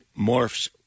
morphs